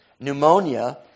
pneumonia